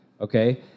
okay